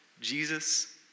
Jesus